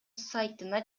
сайтына